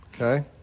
okay